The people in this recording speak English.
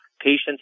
patients